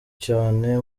cyane